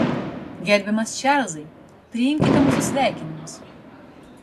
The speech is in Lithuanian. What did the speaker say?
gerbiamas čarlzai priimkite mūsų sveikinimus